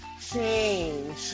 change